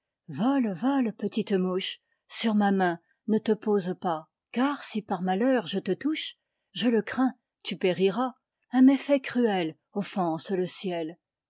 vole petite mouche sur ma main ne te pose pas car si par malheur je te touche je le crains tu périras un méfait cruel offense le ciel